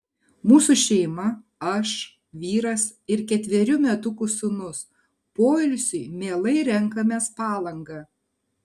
mūsų šeima aš vyras ir ketverių metukų sūnus poilsiui mielai renkamės palangą